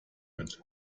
mit